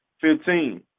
Fifteen